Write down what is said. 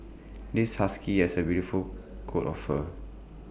this husky has A beautiful coat of fur